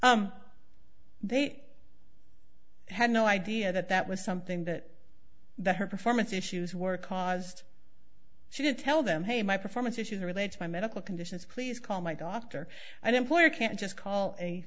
da they had no idea that that was something that that her performance issues were caused she didn't tell them hey my performance issues are related to my medical conditions please call my doctor an employer can just call a